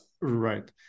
right